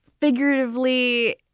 figuratively